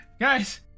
Guys